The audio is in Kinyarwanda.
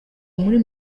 muri